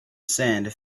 sand